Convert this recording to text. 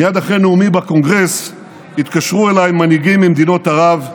מייד אחרי נאומי בקונגרס התקשרו אליי מנהיגים ממדינות ערב,